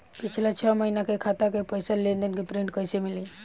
पिछला छह महीना के खाता के पइसा के लेन देन के प्रींट कइसे मिली?